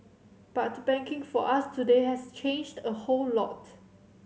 but banking for us today has changed a whole lot